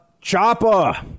Chopper